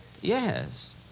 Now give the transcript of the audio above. Yes